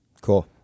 cool